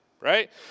right